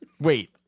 Wait